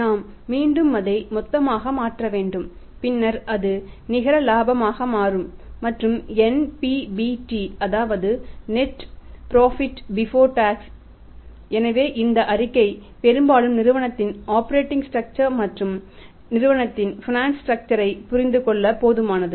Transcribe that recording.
நாம் மீண்டும் அதை மொத்தமாக மாற்ற வேண்டும் பின்னர் அது நிகர இலாபமாக மாறும் மற்றும் NPBT அதாவது நெட் புரோஃபிட் பிபோர் டாக்ஸ் ஐ புரிந்து கொள்ள போதுமானது